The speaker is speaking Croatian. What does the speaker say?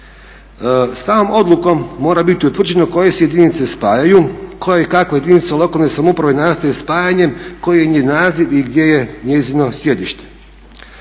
Samom odlukom mora biti utvrđeno koje se jedinice spajaju, koje i kakve jedinice lokalne samouprave nastaju spajanjem, koji im je naziv i gdje je njezino sjedište.